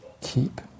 keep